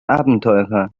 abenteurer